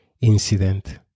incident